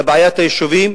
לבעיית היישובים,